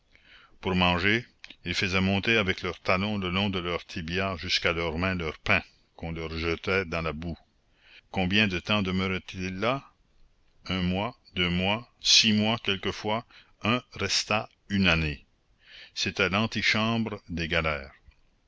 pour manger ils faisaient monter avec leur talon le long de leur tibia jusqu'à leur main leur pain qu'on leur jetait dans la boue combien de temps demeuraient ils ainsi un mois deux mois six mois quelquefois un resta une année c'était l'antichambre des galères